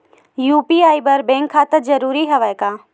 UPI बर bank खाता जरूरी हवय का?